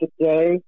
today